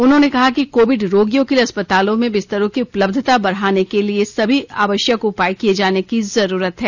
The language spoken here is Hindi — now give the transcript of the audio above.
उन्होंने कहा कि कोविड रोगियों के लिए अस्पतालों में बिस्तरों की उपलब्धता बढ़ाने के सभी आवश्यक उपाय किये जाने की जरूरत है